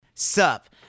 Sup